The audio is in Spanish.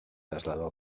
trasladó